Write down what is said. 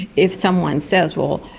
if someone says, well,